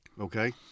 Okay